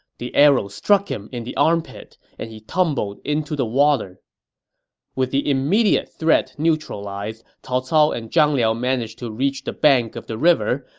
the arrow struck him in the armpit, and he tumbled into the water with the immediate threat neutralized, cao cao and zhang liao managed to reach the bank of the river,